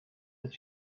but